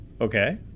okay